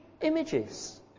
images